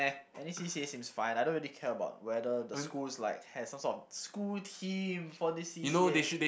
!eh! any C_C_As seems fine I don't really care about whether the school is like have some sort of school team for this C_C_A